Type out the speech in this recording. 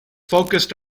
focused